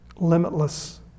Limitless